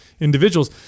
individuals